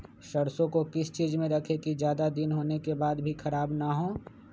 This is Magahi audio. सरसो को किस चीज में रखे की ज्यादा दिन होने के बाद भी ख़राब ना हो?